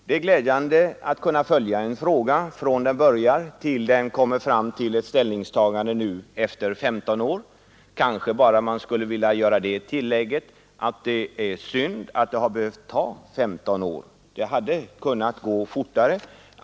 Det är glädjande att kunna följa en fråga från början tills den kommer fram till ett ställningstagande nu efter 15 år. Kanske bara man skulle vilja göra det tillägget att det är synd att det har behövt ta 15 år; det hade kunnat gå fortare.